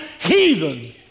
heathen